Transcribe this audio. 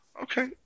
Okay